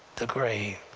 the grave,